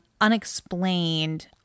unexplained